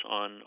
on